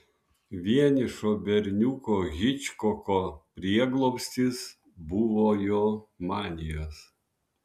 vienišo berniuko hičkoko prieglobstis buvo jo manijos